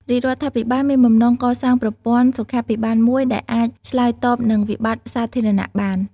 រាជរដ្ឋាភិបាលមានបំណងកសាងប្រព័ន្ធសុខាភិបាលមួយដែលអាចឆ្លើយតបនឹងវិបត្តិសាធារណៈបាន។